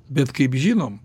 bet kaip žinom